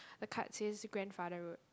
the card says grandfather road